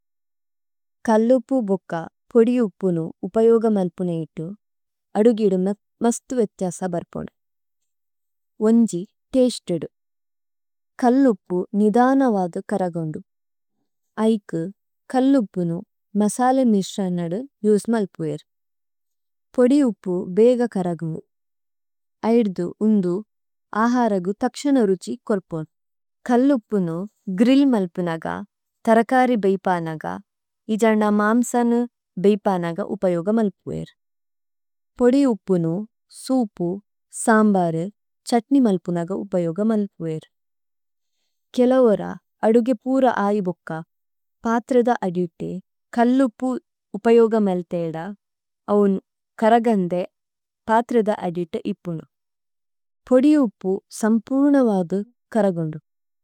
കല്ലുപ്പു ബുക്ക പദിയുപ്പുനു ഉപയോഗമല്പനേയിത്തു, അദുഗിദുമത്മസ്തു വേഥ്യസബര്പുന്നു। ഓന്ജി തേസ്തേദ്। കല്ലുപ്പു നിധനവദു കരഗോന്ദു। ഐകു കല്ലുപ്പുനു മസലേ മിശ്രന്നദു ഉസ്മല്പുവേരു। പദിയുപ്പു ബേഗ കരഗോന്ദു। അയിദ്ദു ഉന്ദു അഹരഗു തക്ശന രുഛി കോര്പുന്നു। കല്ലുപ്പുനു ഗിരില് മല്പുനഗ തര്കരി ബേപനഗ ഇജന് മന്സനു ബേപനഗ ഉപയോഗമല്പുവേരു। പദിയുപ്പുനു സുപു, സമ്ബര്, ഛത്നിമല്പുനഗ ഉപയോഗമല്പുവേരു। ഗ്ലോവേര് അദുഗിപുര് അയ്വുക്ക പത്രദ അദിത്തു കല്ലുപ്പു ഉപയോഗമല്പേദ അവനു കരഗന്ദേ പത്രദ അദിത്തു ഇപ്പുനു। പദിയുപ്പു സമ്പുനവദു കരഗന്ദു।